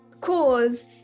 cause